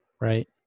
right